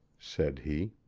said he.